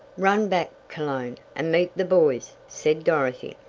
run back, cologne, and meet the boys, said dorothy.